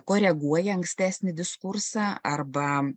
koreguoja ankstesnį diskursą arba